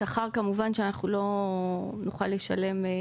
שכר כמובן שאנחנו לא נוכל לשלם.